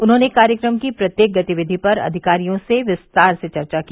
उन्होंने कार्यक्रम की प्रत्येक गतिविधि पर अधिकारियों से विस्तार से चर्चा की